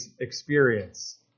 experience